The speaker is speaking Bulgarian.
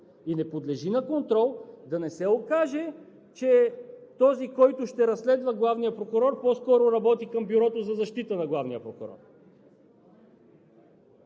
и не подлежи на контрол да не се окаже, че този, който ще разследва главния прокурор, по-скоро работи към Бюрото за защита на главния прокурор?!